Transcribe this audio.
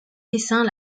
dessins